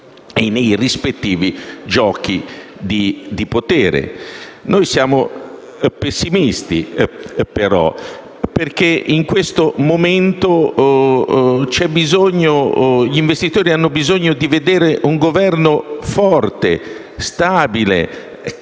e nei rispettivi giochi di potere. Noi siamo pessimisti, però, perché in questo momento gli investitori hanno bisogno di vedere un Governo forte, stabile e capace